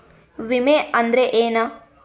ವಿಮೆ ಅಂದ್ರೆ ಏನ?